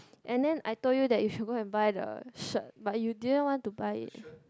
and then I told you that you should go and buy the shirt but you didn't want to buy it